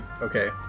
Okay